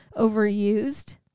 overused